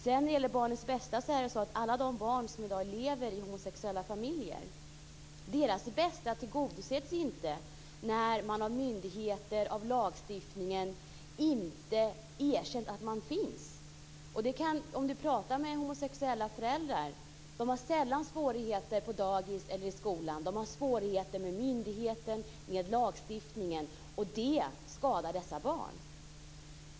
När det gäller barnens bästa är det så att för alla de barn som i dag lever i homosexuella familjer tillgodoses inte deras bästa när myndigheter och lagstiftningen inte erkänner att de finns. Om man pratar med homosexuella föräldrar hör man att de sällan har svårigheter på dagis eller i skolan. De har svårigheter med myndigheter och med lagstiftningen, och det skadar dessa barn.